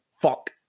Fuck